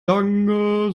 lange